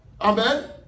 Amen